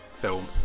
film